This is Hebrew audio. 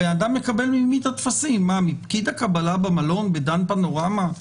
הבן אדם מקבל ממי את הטפסים מפקיד הקבלה במלון בדן פנורמה?